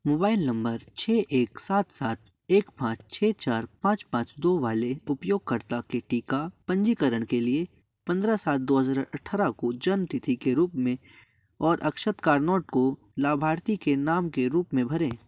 mobile number छः एक सात सात एक पाँच छः चार पाँच पाँच दो वाले उपयोगकर्ता के टीका पंजीकरण के लिए पंद्रह सात दो हज़ार अठारह को जन्म तिथि के रूप में और अक्षत करनोट को लाभार्थी के नाम के रूप में भरें